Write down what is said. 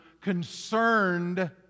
concerned